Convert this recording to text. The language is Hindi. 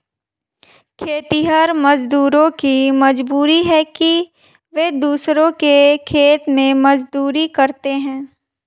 खेतिहर मजदूरों की मजबूरी है कि वे दूसरों के खेत में मजदूरी करते हैं